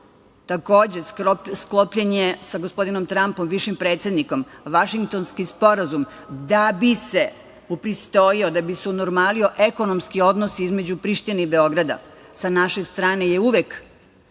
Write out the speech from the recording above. radi. Takođe, sklopljen je sa gospodinom Trampom, bivšim predsednikom, Vašingtonski sporazum da bi se upristojio, da bi se unormalio ekonomski odnos između Prištine i Beograda. Sa naše strane je uvek